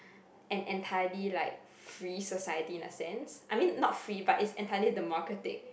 an entirely like free society in a sense I mean not free but it's entirely democratic